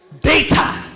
Data